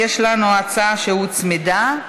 ויש לנו הצעה שהוצמדה,